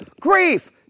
grief